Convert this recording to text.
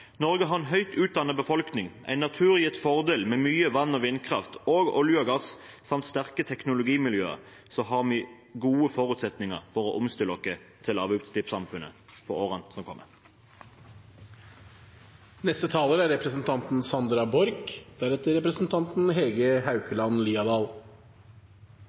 Norge har en høyt utdannet befolkning, en naturgitt fordel med mye vann- og vindkraft og olje og gass, samt sterke teknologimiljøer, så vi har gode forutsetninger for å omstille oss til lavutslippssamfunnet i årene som kommer.